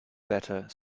better